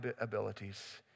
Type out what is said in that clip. abilities